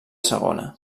segona